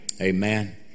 Amen